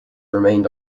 remained